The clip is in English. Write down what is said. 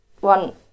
one